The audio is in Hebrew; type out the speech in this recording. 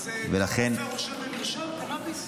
אז כל רופא רושם במרשם קנביס?